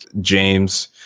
James